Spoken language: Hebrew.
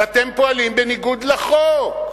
שאתם פועלים בניגוד לחוק?